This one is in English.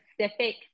specific